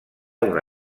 una